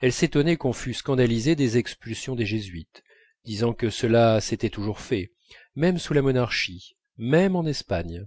elle s'étonnait qu'on fût scandalisé des expulsions des jésuites disant que cela s'était toujours fait même sous la monarchie même en espagne